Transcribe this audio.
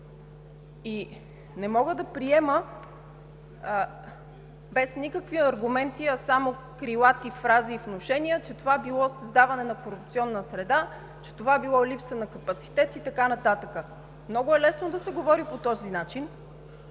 Не мога да приема, без никакви аргументи, а само с крилати фрази и внушения, че това било създаване на корупционна среда, че това било липса на капацитет и така нататък. Много е лесно да се говори по този начин,